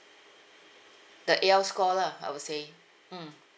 the A_L score lah I would say mm